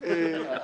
בן אדם ימני,